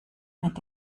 mit